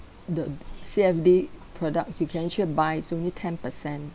the C_F_D products you can actually buy it's only ten percent